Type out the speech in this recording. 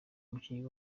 umukinnyi